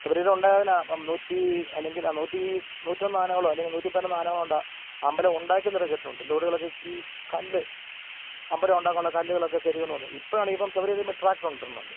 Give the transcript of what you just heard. ശബരിമല ഉണ്ടായതിനെ അപ്പം നൂറ്റി അല്ലെങ്കിൾ ആ നൂറ്റി നൂറ്റൊന്നാനകളോ അല്ലെങ്കിൽ നൂറ്റിപ്പതിനൊന്നാനകളോ കൊണ്ടാണ് ആ അമ്പലം ഉണ്ടാക്കിയതെന്നുവരെ കേട്ടിട്ടുണ്ട് ലോഡുകളൊക്കെ ഈ കല്ല് അമ്പലം ഉണ്ടാക്കാനുള്ള കല്ലുകളൊക്കെ കയറ്റിക്കൊണ്ട് വന്ന് ഇപ്പോഴാണ് ഇപ്പം ശബരിമലയിൻമേൽ ട്രാക്ടറ് കൊണ്ട്വരുന്നുണ്ട്